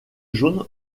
jaunes